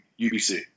UBC